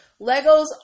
Legos